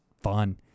fun